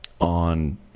on